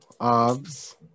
Obs